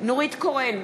נורית קורן,